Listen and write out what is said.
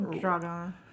dragon